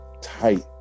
tight